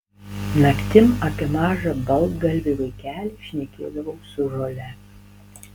naktim apie mažą baltgalvį vaikelį šnekėdavau su žole